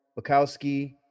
Bukowski